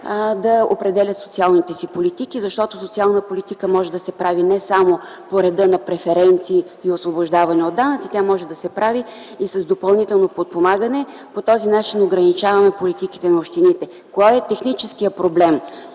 да определят социалните си политики, защото социална политика може да се прави не само по реда на преференции и освобождаване от данъци. Тя може да се прави и с допълнително подпомагане. По този начин ограничаваме политиките на общините. Кой е техническият проблем?